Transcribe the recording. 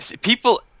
People